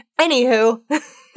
Anywho